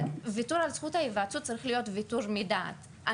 ויתור על זכות ההיוועצות צריך להיות ויתור מדעת.